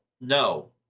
no